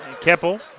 Keppel